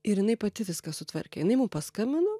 ir jinai pati viską sutvarkė jinai mum paskambino